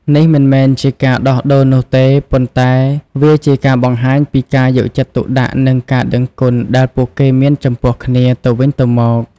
នេះមិនមែនជាការដោះដូរនោះទេ ប៉ុន្តែវាជាការបង្ហាញពីការយកចិត្តទុកដាក់និងការដឹងគុណដែលពួកគេមានចំពោះគ្នាទៅវិញទៅមក។